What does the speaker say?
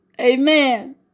Amen